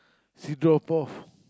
she drop off